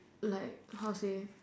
like how to say